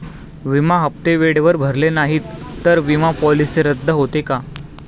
विमा हप्ते वेळेवर भरले नाहीत, तर विमा पॉलिसी रद्द होते का?